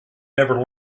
never